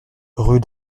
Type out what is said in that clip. rue